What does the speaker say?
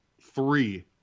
three